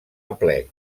aplec